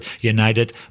United